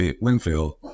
Winfield